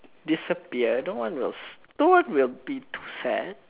disappear no one will s~ no one will be too sad